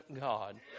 God